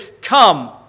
Come